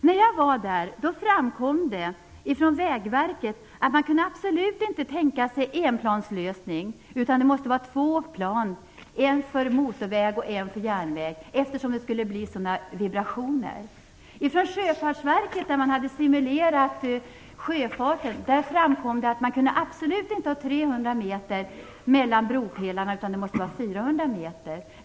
När jag var i Malmö sades det från Vägverkets sida att man absolut inte kunde tänka en enplanslösning utan att det måste vara två plan - ett för motorvägen och ett för järnvägen, eftersom det skulle bli sådana vibrationer. Från Sjöfartsverket, som hade simulerat den tänkta sjöfarten, framkom det att man absolut inte kunde ha 300 meter mellan bropelarna utan att det måste vara 400 meter.